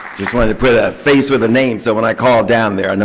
just wanted to put a face with a name so when i call down there,